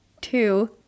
Two